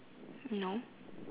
no